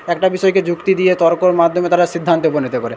একটা বিষয়কে যুক্তি দিয়ে তর্কর মাধ্যমে তারা সিদ্ধান্তে উপনীত করে